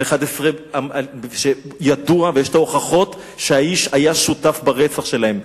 ועל ה-11 שידוע ויש הוכחות שהאיש היה שותף ברצח שלהם.